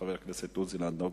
חבר הכנסת עוזי לנדאו,